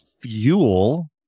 fuel